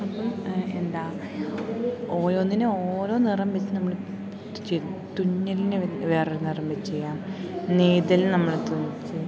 അപ്പം എന്താ ഓരോന്നിന് ഓരോ നിറം വെച്ച് നമ്മൾ ചേരുന്നു തുന്നലിന് വേറൊരു നിറം വെച്ചു ചെയ്യാം നെയ്തൽ നമ്മൾ തുന്നിച്ച്